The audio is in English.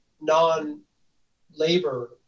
non-labor